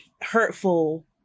hurtful